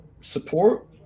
Support